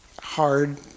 hard